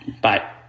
Bye